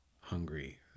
hungry